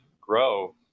grow